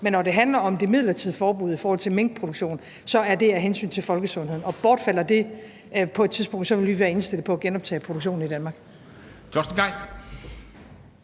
Men når det handler om det midlertidige forbud mod minkproduktion, er det af hensyn til folkesundheden, og bortfalder det på et tidspunkt, vil vi være indstillet på at genoptage produktionen i Danmark.